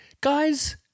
Guys